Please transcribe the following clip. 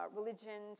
religion